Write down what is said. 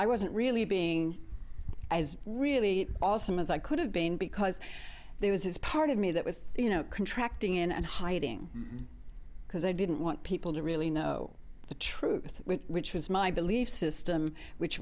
i wasn't really being as really awesome as i could have been because there was his part of me that was you know contracting in and hiding because i didn't want people to really know the truth which was my belief system which